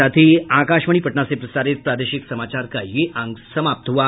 इसके साथ ही आकाशवाणी पटना से प्रसारित प्रादेशिक समाचार का ये अंक समाप्त हुआ